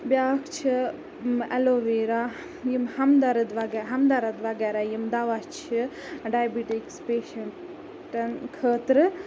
بیٛاکھ چھِ aloe vera یِم ہمدَرد وَغیر ہمدَرد وَغیرہ یِم دَوا چھِ ڈایبِٹِکس پیشَنٹَن خٲطرٕ